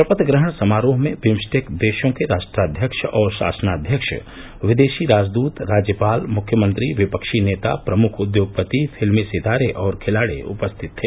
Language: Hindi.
शपथ ग्रहण समारोह में बिम्साटेक देशों के राष्ट्रध्यक्ष और शासनाध्यक्ष विदेशी राजदूत राज्यपाल मुख्यमंत्री विपक्षी नेता प्रमुख उद्योगपति फिल्मी सितारे और खिलाड़ी उपस्थित थे